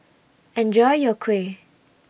Enjoy your Kuih